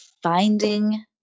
Finding